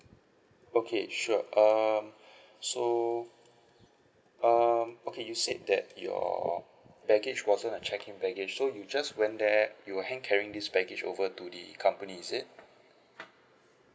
okay sure um so um okay you said that your baggage wasn't a checked in baggage so you just went there you hand carrying this baggage over to the company is it